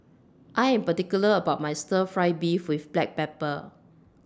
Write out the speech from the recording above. I Am particular about My Stir Fry Beef with Black Pepper